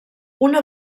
una